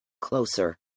Closer